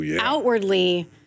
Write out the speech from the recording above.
outwardly